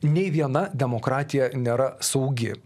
nei viena demokratija nėra saugi